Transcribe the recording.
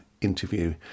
interview